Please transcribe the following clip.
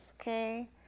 okay